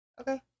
okay